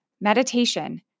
meditation